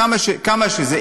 כמה שזה.